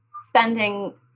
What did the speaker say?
spending